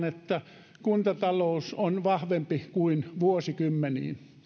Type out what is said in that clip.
että kuntatalous on vahvempi kuin vuosikymmeniin